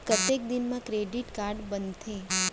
कतेक दिन मा क्रेडिट कारड बनते?